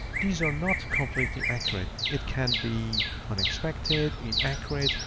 these are not completely accurate, it can be unexpected in accurate,